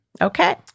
okay